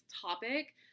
topic